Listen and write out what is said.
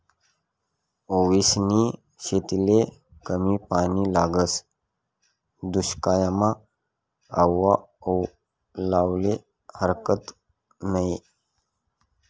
ओवासनी शेतीले कमी पानी लागस, दुश्कायमा आओवा लावाले हारकत नयी